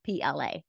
PLA